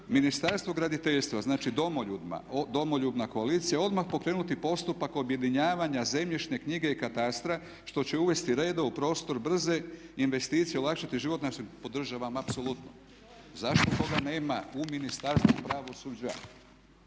Ministarstvo graditeljstva, znači Domoljubna koalicija odmah pokrenuti postupak objedinjavanja zemljišne knjige i katastra što će uvesti reda u prostor brze investicije, olakšati život našim, podržavam apsolutno. Zašto toga nema u Ministarstvu pravosuđa?